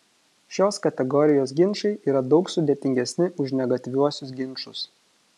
šios kategorijos ginčai yra daug sudėtingesni už negatyviuosius ginčus